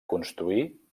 construir